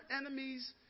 enemies